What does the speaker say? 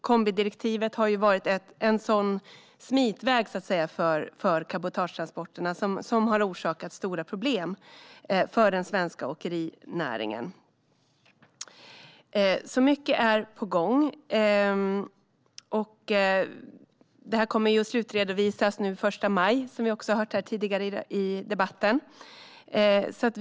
Kombidirektivet har ju varit en smitväg för cabotagetransporterna, så att säga, som har orsakat stora problem för den svenska åkerinäringen. Mycket är alltså på gång, och det kommer som vi har hört tidigare i debatten att slutredovisas den 1 maj.